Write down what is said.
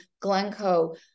Glencoe